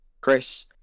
Chris